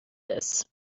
this